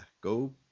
go